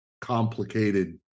complicated